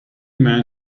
men